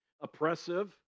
oppressive